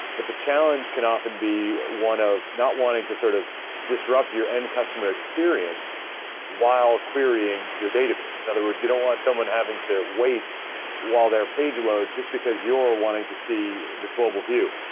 but the challenge can often be one of not wanting to sort of disrupt your end customer experience while querying your database. in other words, you don't want someone having to wait while their page loads just because you're wanting to see this global view.